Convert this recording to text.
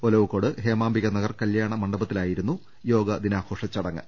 ഒലവക്കോട് ഹേമാമ്പിക നഗർ കല്യാണ മണ്ഡപത്തിലായി രിക്കും യോഗാ ദിനാഘോഷ ചടങ്ങ്